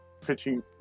pitching